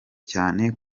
cyane